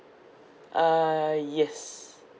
uh yes